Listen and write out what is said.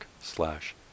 slash